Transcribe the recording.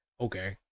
okay